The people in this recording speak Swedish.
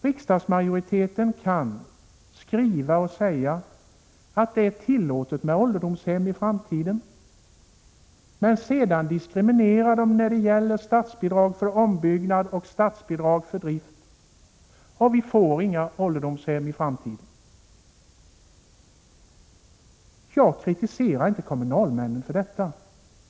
Riksdagsmajoriteten kan skriva och säga att det är tillåtet med ålderdomshem i framtiden men sedan diskriminera dem när det gäller statsbidrag för ombyggnad och för drift, och då kommer det inte att finnas några ålderdomshem i framtiden. Jag kritiserar inte kommunalmännen för detta.